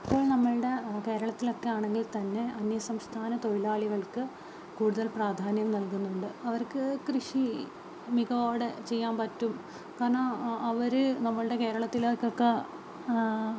ഇപ്പോൾ നമ്മുടെ കേരളത്തിലൊക്കെയാണെങ്കിൽ തന്നെ അന്യസംസ്ഥാന തൊഴിലാളികൾക്ക് കൂടുതൽ പ്രാധാന്യം നൽകുന്നുണ്ട് അവർക്ക് കൃഷി മികവോടെ ചെയ്യാൻ പറ്റും കാരണം അവര് നമ്മുടെ കേരളത്തിലേക്കൊക്കെ